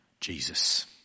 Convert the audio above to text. Jesus